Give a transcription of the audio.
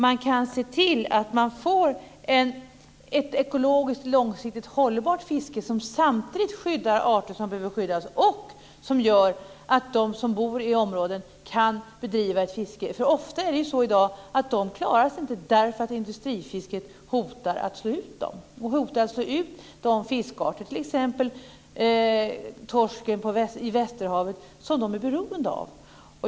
Man kan se till att man får ett ekologiskt långsiktigt hållbart fiske som samtidigt skyddar arter som behöver skyddas och som gör att de som bor i området kan bedriva ett fiske. Ofta är det så i dag att de inte klarar sig därför att industrifisket hotar att slå ut dem och hotar att slå ut de fiskarter, t.ex. torsken i Västerhavet, som de är beroende av.